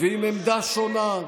ועם עמדה שונה.